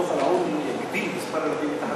הדוח על העוני יגדיל את מספר הילדים מתחת לקו העוני.